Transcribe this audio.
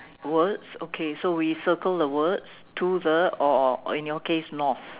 words okay so we circle the words to the or in your case north